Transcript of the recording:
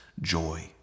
joy